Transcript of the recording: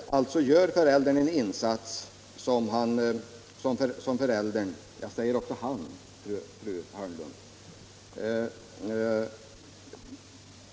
Föräldern gör alltså en insats som hon eller han — jag säger också han, fru Hörnlund — delvis